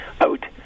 out